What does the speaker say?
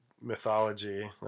mythology